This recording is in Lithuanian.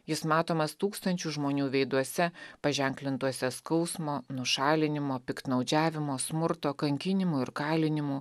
jis matomas tūkstančių žmonių veiduose paženklintuose skausmo nušalinimo piktnaudžiavimo smurto kankinimų ir kalinimų